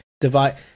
divide